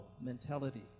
mentality